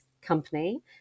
company